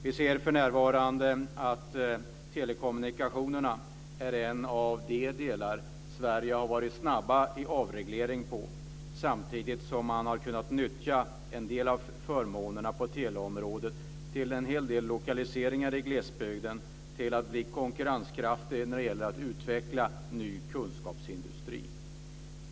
Vi ser för närvarande att telekommunikationerna är en av de delar i Sverige där avregleringen har gått snabbt. Samtidigt har man kunnat nyttja en del av förmånerna på teleområdet till en hel del lokaliseringar i glesbygden som blir konkurrenskraftiga när det gäller att utveckla ny kunskapsindustri.